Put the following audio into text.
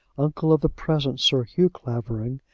uncle of the present sir hugh clavering,